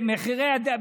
מצד אחד,